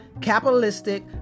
capitalistic